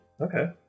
okay